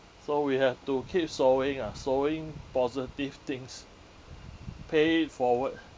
so we have to keep sowing ah sowing positive things pay it forward